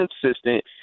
consistent